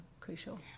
crucial